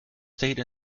state